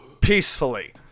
peacefully